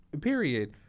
Period